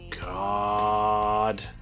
god